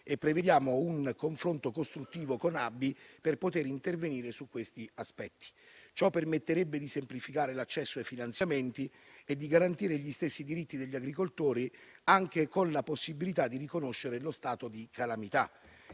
Prevediamo un confronto costruttivo con ABI per poter intervenire su questi aspetti. Ciò permetterebbe di semplificare l'accesso ai finanziamenti e di garantire gli stessi diritti degli agricoltori, anche con la possibilità di riconoscere lo stato di calamità.